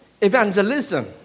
evangelism